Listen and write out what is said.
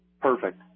Perfect